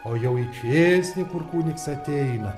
o jau į kėsnį kur kunigs ateina